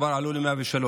הם כבר עלו ל-103,